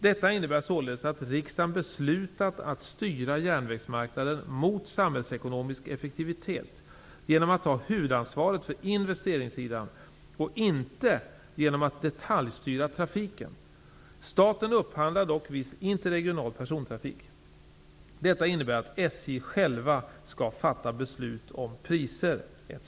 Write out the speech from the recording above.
Detta innebär således att riksdagen beslutat att styra järnvägsmarknaden mot samhällsekonomisk effektivitet genom att ta huvudansvaret för investeringssidan och inte genom att detaljstyra trafiken. Staten upphandlar dock viss interregional persontrafik. Detta innebär att SJ självt skall fatta beslut om priser etc.